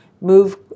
move